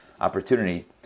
opportunity